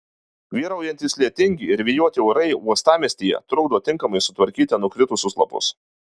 vyraujantys lietingi ir vėjuoti orai uostamiestyje trukdo tinkamai sutvarkyti nukritusius lapus